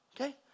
Okay